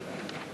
אדוני השר,